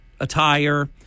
attire